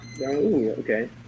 Okay